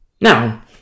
Now